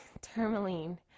tourmaline